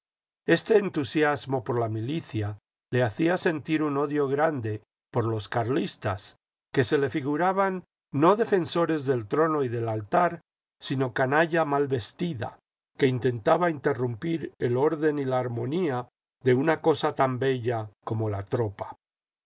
este entusiasmo por la milicia le hacía sentir un odio grande por los carhstas que se le figuraban no defensores del trono y del altar sino canalla mal vestida que intentaba interrumpir el orden y la armonía de una cosa tan bella como la tropa